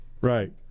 right